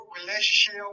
relationship